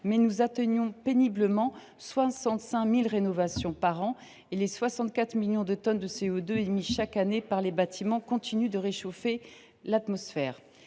mais nous en atteignons péniblement 65 000. Les 64 millions de tonnes de CO2 émises chaque année par les bâtiments continuent de réchauffer l’atmosphère.